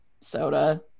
soda